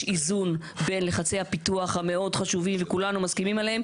איזון בין לחצי הפיתוח המאוד חשובים וכולנו מסכימים עליהם